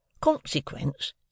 Consequence